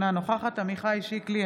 אינה נוכחת עמיחי שיקלי,